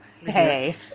Hey